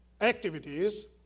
activities